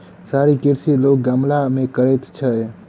शहरी कृषि लोक गमला मे करैत छै